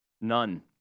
None